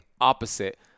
opposite